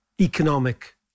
economic